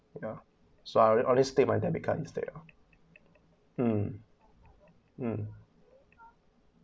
ya so I only I only stay with my debit card instead of um um